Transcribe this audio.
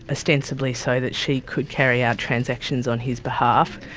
ostensibly so that she could carry out transactions on his behalf.